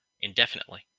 indefinitely